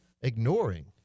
ignoring